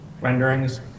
renderings